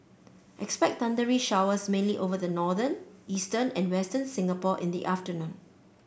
expect thundery showers mainly over the northern eastern and western Singapore in the afternoon